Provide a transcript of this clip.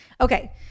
Okay